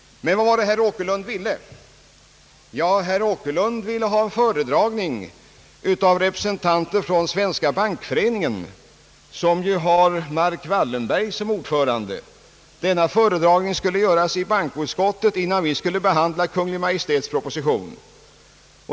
Vad ville herr Åkerlund? Jo, han ville ha en föredragning av representanter från Svenska bankföreningen, som ju har Marcus Wallenberg såsom ordförande. Denna föredragning skulle ske i bankoutskottet, innan utskottet skulle behandla Kungl. Maj:ts proposition.